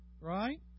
right